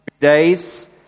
days